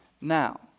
now